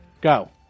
Go